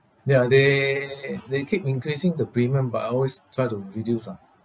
ya they they keep increasing the premium but I always try to reduce ah